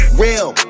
real